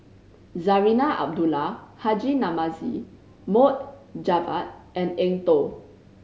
Zarinah Abdullah Haji Namazie Mohd Javad and Eng Tow